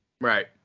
Right